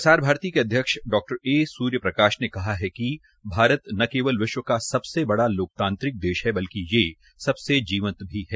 प्रसार भारती के अध्यक्ष डॉ ए सूर्यप्रकाश ने कहा है कि भारत न केवल विश्व का सबसे बड़ा लोकतांत्रिक देश है बल्कि ये सबसे जीवंत भी है